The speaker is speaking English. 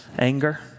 anger